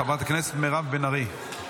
חברת הכנסת מירב בן ארי.